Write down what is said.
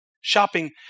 shopping